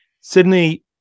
Sydney